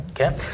Okay